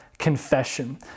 Confession